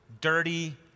dirty